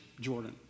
Jordan